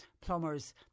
plumbers